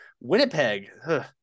Winnipeg